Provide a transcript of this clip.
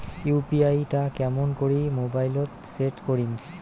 UPI টা কেমন করি মোবাইলত সেট করিম?